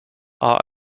are